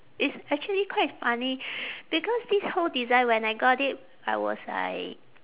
it's actually quite funny because this whole design when I got it I was like